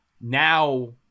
Now